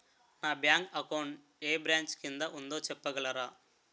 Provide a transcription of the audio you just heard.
నా bank account ఏ branch కిందా ఉందో చెప్పగలరా?